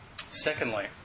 Secondly